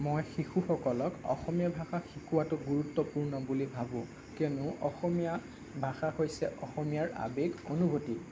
মই শিশুসকলক অসমীয়া ভাষা শিকোৱাটো গুৰুত্বপূৰ্ণ বুলি ভাবোঁ কিয়নো অসমীয়া ভাষা হৈছে অসমীয়াৰ আৱেগ অনুভূতি